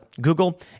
Google